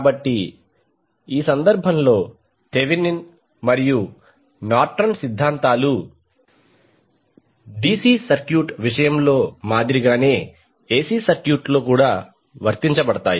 కాబట్టి ఈ సందర్భంలో థెవెనిన్ మరియు నార్టన్ సిద్ధాంతాలు డిసి సర్క్యూట్ విషయంలో మాదిరిగానే ఎసి సర్క్యూట్లో వర్తించబడతాయి